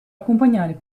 accompagnare